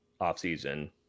offseason